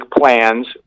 plans